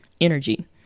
energy